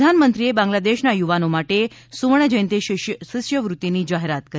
પ્રધાનમંત્રીએ બાંગ્લાદેશના યુવાનો માટે સુવર્ણ જયંતી શિષ્ટવૃત્તિની જાહેરાત કરી